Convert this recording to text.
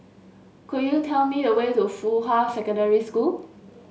could you tell me the way to Fuhua Secondary School